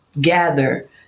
gather